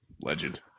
legend